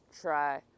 try